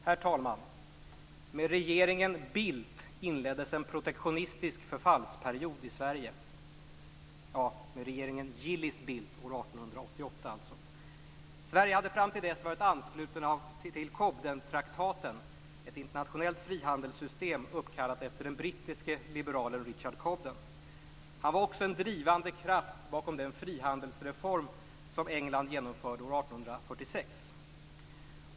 Herr talman! Med regeringen Bildt inleddes en protektionistisk förfallsperiod i Sverige. Ja, med regeringen Gillis Bildt år 1888, alltså! Han var också drivande kraft bakom den frihandelsreform som England genomförde år 1846.